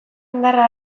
indarra